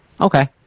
Okay